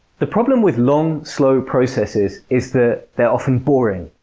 the problem with long, slow processes is that they're often boring.